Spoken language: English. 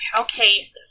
okay